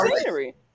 scenery